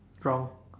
from